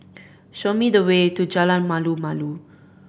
show me the way to Jalan Malu Malu